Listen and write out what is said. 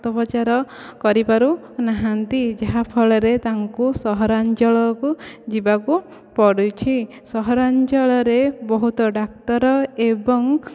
ଅସ୍ତ୍ରୋପଚାର କରିପାରୁନାହାନ୍ତି ଯାହାଫଳରେ ତାଙ୍କୁ ସହରାଞ୍ଚଳକୁ ଯିବାକୁ ପଡ଼ୁଛି ସହରାଞ୍ଚଳରେ ବହୁତ ଡାକ୍ତର ଏବଂ